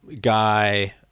guy